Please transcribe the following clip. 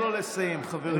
תנו לו לסיים, חברים.